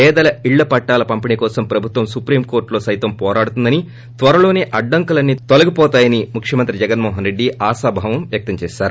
పేదల ఇళ్ల పట్టాల పంపిణీ కోసం ప్రభుత్వం సుప్రీం కోర్టులో పోరాడుతుందని త్వరలోసే అడ్డంకులన్నీ తొలగివోతాయని ముఖ్యమంత్రి జగన్మోహన్ రెడ్డి ఆశాభావం వ్యక్తం చేశారు